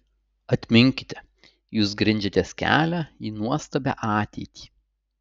atminkite jūs grindžiatės kelią į nuostabią ateitį